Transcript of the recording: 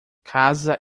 casa